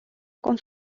con